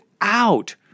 out